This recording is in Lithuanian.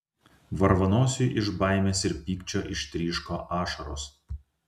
varvanosiui iš baimės ir pykčio ištryško ašaros